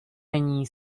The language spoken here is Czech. není